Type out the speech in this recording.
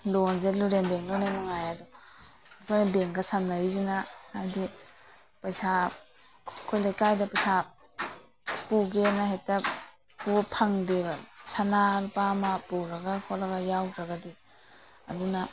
ꯂꯣꯟꯁꯦ ꯔꯨꯔꯦꯜ ꯕꯦꯡꯅ ꯑꯣꯏꯅ ꯅꯨꯡꯉꯥꯏ ꯑꯗꯣ ꯑꯩꯈꯣꯏꯅ ꯕꯦꯡꯒ ꯁꯝꯅꯔꯤꯁꯤꯅ ꯍꯥꯏꯗꯤ ꯄꯩꯁꯥ ꯑꯩꯈꯣꯏ ꯂꯩꯀꯥꯏꯗ ꯄꯩꯁꯥ ꯄꯨꯒꯦꯅ ꯍꯦꯛꯇ ꯄꯨꯕ ꯐꯪꯗꯦꯕ ꯁꯅꯥ ꯂꯨꯄꯥ ꯑꯃ ꯄꯨꯔꯒ ꯈꯣꯠꯂꯒ ꯌꯥꯎꯗ꯭ꯔꯒꯗꯤ ꯑꯗꯨꯅ